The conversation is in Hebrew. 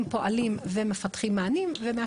חבר הכנסת ד"ר יאסר